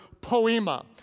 poema